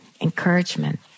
encouragement